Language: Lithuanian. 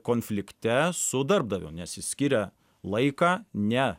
konflikte su darbdaviu nes jis skiria laiką ne